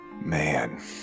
man